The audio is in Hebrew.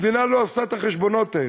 המדינה לא עושה את החשבונות האלה.